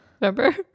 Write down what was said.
Remember